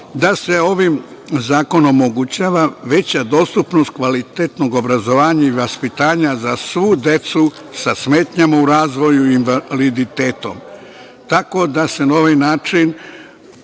da se ovim zakonom omogućava veća dostupnost kvalitetnog obrazovanja i vaspitanja za svu decu sa smetnjama u razvoju i invaliditetom, tako da se na ovaj način